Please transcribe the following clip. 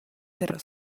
pero